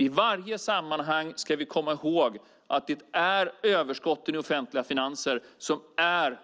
I varje sammanhang ska vi komma ihåg att det är överskotten i offentliga finanser som är